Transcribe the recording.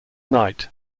night